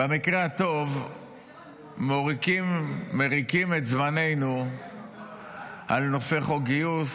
במקרה הטוב מריקים את זמננו על נושא חוק הגיוס.